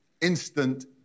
Instant